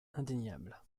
indéniable